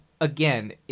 Again